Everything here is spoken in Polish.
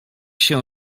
się